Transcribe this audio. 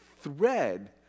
thread